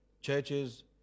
churches